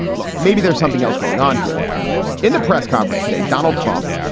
look, maybe there's something else going on here in the press conference today, donald trump.